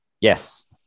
Yes